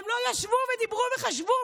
הם לא ישבו ודיברו וחשבו.